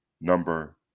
number